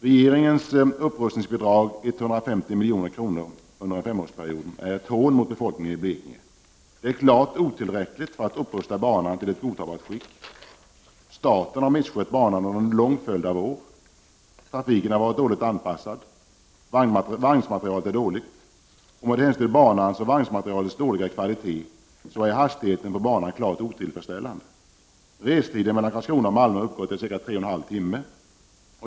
Regeringens upprustningsbidrag, 150 miljoner under en femårsperiod, är ett hån mot befolkningen i Blekinge. Det är klart otillräckligt för att upprusta banan till ett godtagbart skick. Staten har misskött banan under en lång följd av år. Trafiken har varit dåligt anpassad. Vagnsmaterialet är dåligt. Med hänsyn till banans och vagnmaterialets dåliga kvalitet är hastigheten på banan klart otillfredsställande. Restiden mellan Karlskrona och Malmö uppgår till ca 3,5 timmar.